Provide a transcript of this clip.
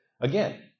Again